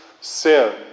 sin